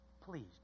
please